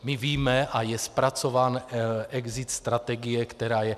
My víme, a je zpracován exit strategie, která je.